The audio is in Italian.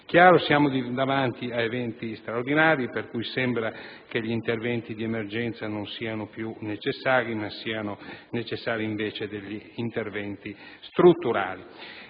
Piemonte. Siamo davanti ad eventi straordinari, per cui sembra che gli interventi di emergenza non siano più sufficienti, ma siano necessari invece interventi strutturali.